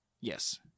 Yes